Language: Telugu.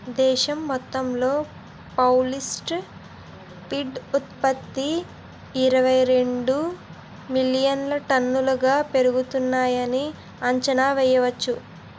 దేశం మొత్తంలో పౌల్ట్రీ ఫీడ్ ఉత్త్పతి ఇరవైరెండు మిలియన్ టన్నులుగా పెరుగుతున్నాయని అంచనా యెయ్యొచ్చు